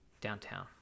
downtown